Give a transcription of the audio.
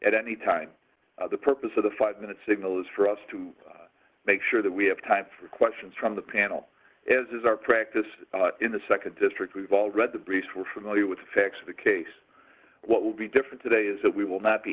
at any time the purpose of the five minute signal is for us to make sure that we have time for questions from the panel as is our practice in the nd district we've all read the briefs were familiar with the facts of the case what will be different today is that we will not be